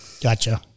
Gotcha